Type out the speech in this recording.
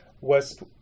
west